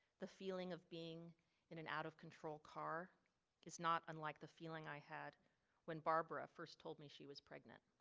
the feeling of being in an out of control car is not unlike the feeling i had when barbara first told me she was pregnant.